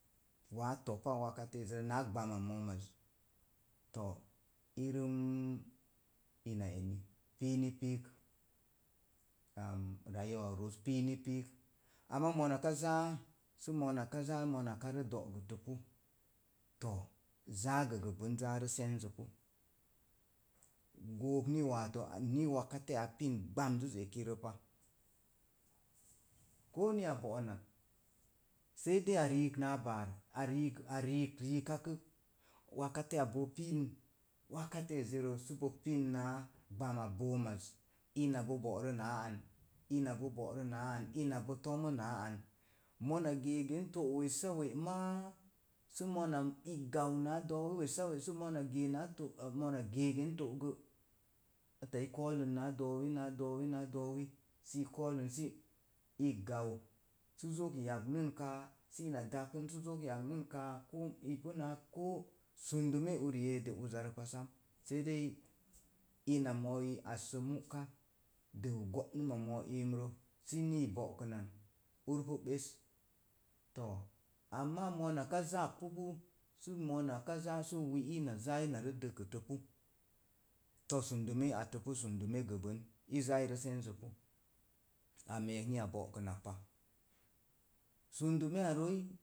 Waa tpa wakatiya ezirə naa gbama moom az, too irəm ina eni pii ni piik, rayuwa ma piini piik. Amaa mona ka zaa sə mona ka zaa monaka rə do'gəta pu, too zaa gə gə gəbən rə senzə pu gook ni wato ni wakkatiya pin, gbanzəz eki rə pa. Koo ni a bo'onak sai dei a riik naa baar, a riik a riik riikakək, wakatiyan bo pin wakatiya ezirə sə bo pinaa gbama boomaz, ina boo bo'rən a an, ina boo bo'rəna an. Ina bo toməna an. Mona geegən to'wessa we sə mona i gau naa doowi wessa we sə mona gee na to mona geegen naa to'gə wakatiya koolən naa doowi naa doowi naa doowi sii koolən sii gau sə zok yagnən kaa, sii na dakən sə zok yagnən kaa, koo ipu naa koo sundume uri yeedi uzarəpa sam, sei dei ina mooi assə mu'kan dəu go'nəma moz umrə sii nii bo'kənam, ur pu ɓes, too, amaa monaka zappupu sə monaka zaa sə wi ina zai rə dəkətəpu, too sundume i attapu sundume gəbən, i zai rə cenzə pu, ameek ni a bo'kənak pa, sundume a rooi